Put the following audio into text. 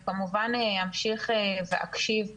אני כמובן אמשיך ואקשיב בזום,